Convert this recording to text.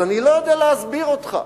אז אני לא יודע להסביר אותך.